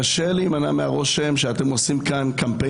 קשה להימנע מהרושם שאתם עמוק